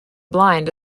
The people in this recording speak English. blind